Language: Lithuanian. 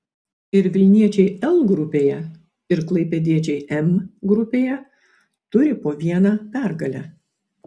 ir vilniečiai l grupėje ir klaipėdiečiai m grupėje turi po vieną pergalę